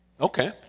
Okay